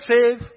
save